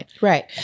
right